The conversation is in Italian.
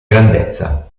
grandezza